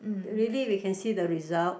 the really they can see the result